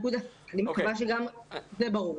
אני מקווה שגם זה ברור.